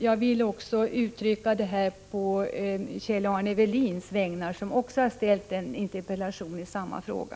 Jag framför dessa synpunkter också på Kjell-Arne Welins vägnar, eftersom han har framställt en interpellation i samma fråga.